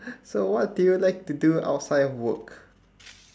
so what do you like to do outside of work